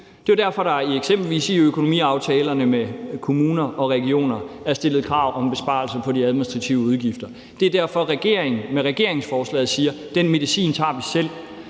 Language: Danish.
Det er derfor, der eksempelvis i økonomiaftalerne med kommuner og regioner er stillet krav om besparelser på de administrative udgifter. Det er derfor, regeringen med regeringsprogrammet siger, at den medicin tager vi selv,